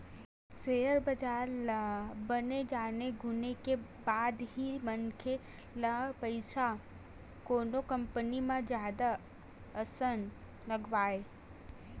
share बजार ल बने जाने गुने के बाद ही मनखे ल पइसा कोनो कंपनी म जादा असन लगवाय